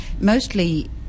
mostly